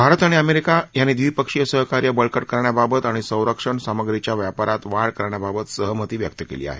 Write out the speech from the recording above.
भारत आणि अमेरिका यांनी द्विपक्षीय सहकार्य बळकट करण्याबाबत आणि संरक्षण सामग्रीच्या व्यापारात वाढ करण्याबाबत सहमती व्यक्त केली आहे